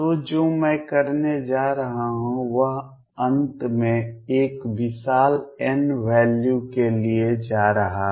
तो जो मैं करने जा रहा हूं वह अंत में एक विशाल n वैल्यू के लिए जा रहा है